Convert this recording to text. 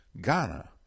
Ghana